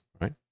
right